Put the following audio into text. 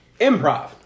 improv